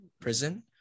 prison